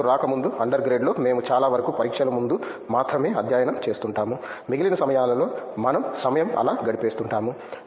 ఇక్కడకు రాకముందు undergrad లో మేము చాలా వరకు పరీక్షల ముందు మాత్రమే అధ్యయనం చేస్తుంటాము మిగిలిన సమయాల్లో మనం సమయం ఆలా గడిపేస్తుంటాము